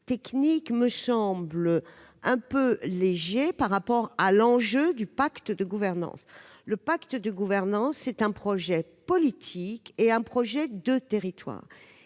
technique !... me semble quelque peu léger par rapport à l'enjeu du pacte de gouvernance. Le pacte de gouvernance, c'est un projet politique et un projet de territoire.